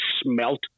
smelt